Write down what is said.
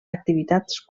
activitats